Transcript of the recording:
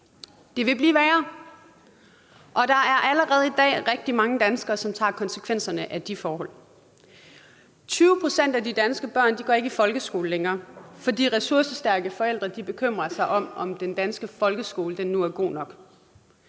Det vil blive værre, og der er allerede i dag mange danskere, som tager konsekvensen af de forhold. 20 pct. af danske børn går ikke længere i folkeskole, fordi ressourcestærke forældre bekymrer sig og tvivler på, om den danske folkeskole nu er god nok.